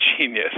genius